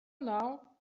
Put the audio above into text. now